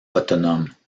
autonomes